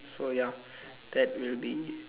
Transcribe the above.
so ya that will be